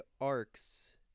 arcs